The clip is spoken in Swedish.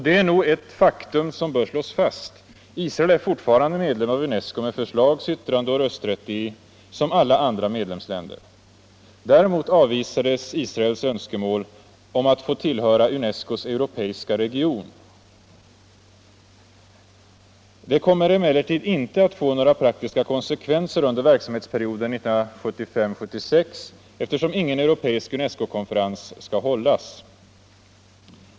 Det är nog ett faktum som bör slås fast. Israel är fortfarande medlem av UNESCO med förslags-, yttrandeoch rösträtt som alla andra medlemsländer. Däremot avvisades Israels önskemål om att få tillhöra UNESCO:s europeiska region. Detta kommer emellertid inte att få några praktiska konsekvenser under verksamhetsperioden 1975/76, eftersom ingen europeisk UNESCO konferens då skall hållas.